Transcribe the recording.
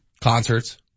concerts